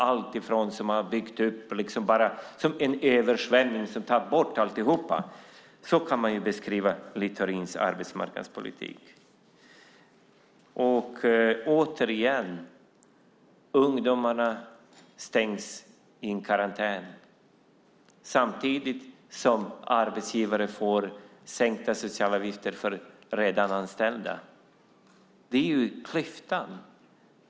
Den är som en översvämning som tar bort allt man har byggt upp. Så kan man beskriva Littorins arbetsmarknadspolitik. Återigen: Ungdomarna sätts i karantän samtidigt som arbetsgivare får sänkta socialavgifter för redan anställda. Det är klyftan.